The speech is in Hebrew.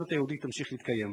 שהשרשרת היהודית תמשיך להתקיים.